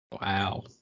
Wow